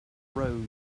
road